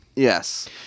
Yes